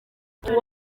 turi